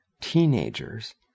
teenagers